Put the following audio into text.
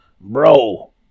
bro